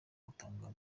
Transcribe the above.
gutanga